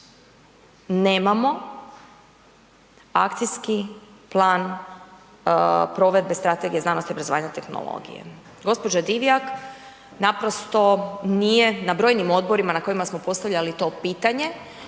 nemamo akcijski plan provedbe Strategije znanosti, obrazovanja i tehnologije. Gđa. Divjak naprosto nije, na brojnim odborima na kojima smo postavljali to pitanje,